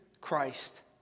Christ